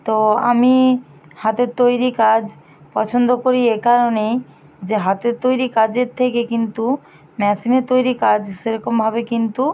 তো আমি হাতের তৈরি কাজ পছন্দ করি এই কারণেই যে হাতের তৈরি কাজের থেকে কিন্তু মেশিনের তৈরি কাজ সেরকমভাবে কিন্তু